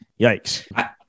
yikes